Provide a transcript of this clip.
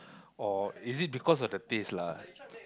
or is it because of the taste lah